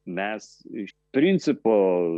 mes iš principo